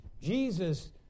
Jesus